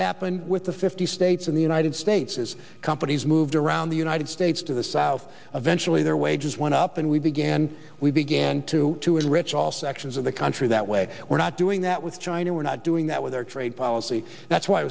happened with the fifty states in the united states is companies moved around the united states to the south eventuality their wages went up and we began and we began to to enrich all sections of the country that way we're not doing that with china we're not doing that with our trade policy that's